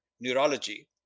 neurology